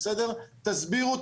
תסבירו,